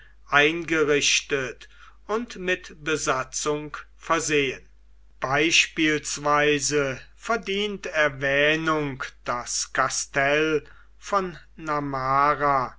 eingerichtet und mit besatzung versehen beispielsweise verdient erwähnung das kastell von namara